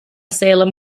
salem